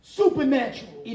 supernatural